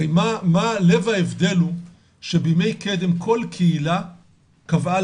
הרי מה לב ההבדל הוא שבימי קדם כל קהילה קבעה